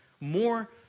more